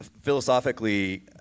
philosophically